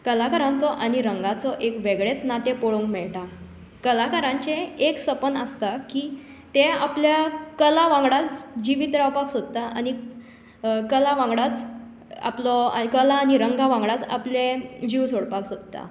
कलाकारांचो आनी रंगाचो एक वेगळेंच नातें पोळोवंक मेळटा कलाकारांचें एक सपन आसता की ते आपल्या कला वांगडा जिवीत रावपाक सोदता आनी कला वांगडाच आपलो कला आनी रंगा वांगडाच आपले जीव सोडपाक सोदता